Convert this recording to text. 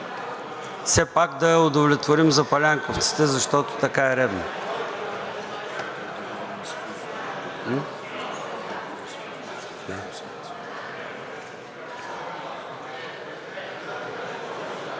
Все пак да удовлетворим запалянковците, защото така е редно.